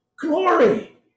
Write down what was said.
glory